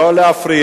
לא להפריע.